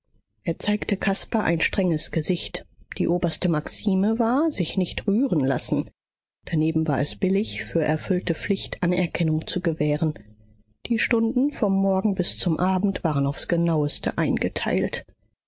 er zeigte caspar ein strenges gesicht die oberste maxime war sich nicht rühren lassen daneben war es billig für erfüllte pflicht anerkennung zu gewähren die stunden vom morgen bis zum abend waren aufs genaueste eingeteilt